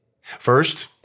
First